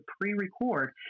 pre-record